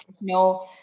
no